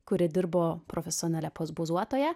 kuri dirbo profesionalia poz pozuotoja